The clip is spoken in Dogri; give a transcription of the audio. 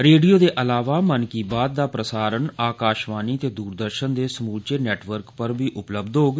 रेडियो दे इलावा मन की बात दा प्रसारण आकाशवाणी ते दूरदर्शन दे समूलचे नेटवर्क पर बी उपलब्ध होग